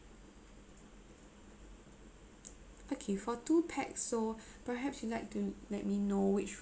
okay for two pax so perhaps you'd like to let me know which